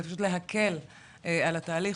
זה פשוט להקל על התהליך,